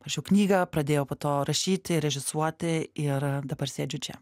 rašiau knygą pradėjau po to rašyti režisuoti ir dabar sėdžiu čia